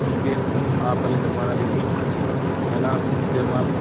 ठीक है आप पहले जुर्माना दीजिए है ना जुर्माना